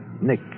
Nick